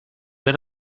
war